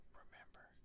remember